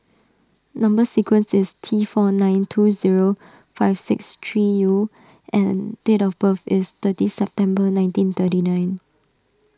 Number Sequence is T four nine two zero five six three U and date of birth is thirty September nineteen thirty nine